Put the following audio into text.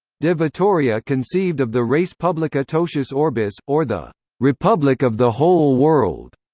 de vitoria conceived of the res publica totius orbis, or the republic of the whole world.